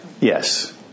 Yes